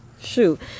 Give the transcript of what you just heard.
shoot